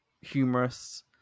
humorous